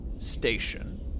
station